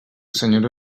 senyora